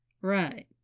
Right